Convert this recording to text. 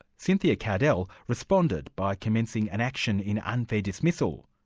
cynthia kardell responded by commencing an action in unfair dismissal.